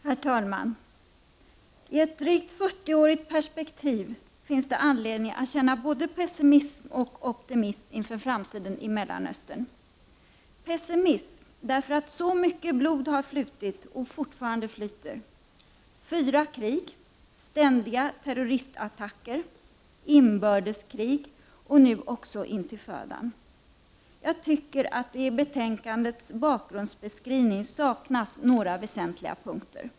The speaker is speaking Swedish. Herr talman! I ett drygt fyrtioårigt perspektiv finns det anledning att känna både pessimism och optimism inför framtiden i Mellanöstern. Pessimism därför att så mycket blod har flutit och fortfarande flyter. Fyra krig, ständiga terroristattacker, inbördeskrig och nu också Intifadan. Jag tycker att det i betänkandets bakgrundsbeskrivning saknas några väsentliga punkter.